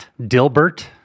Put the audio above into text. Dilbert